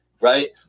right